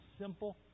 simple